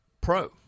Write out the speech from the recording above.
Pro